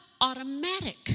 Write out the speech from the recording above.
automatic